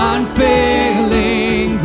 Unfailing